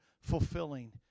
fulfilling